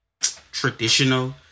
traditional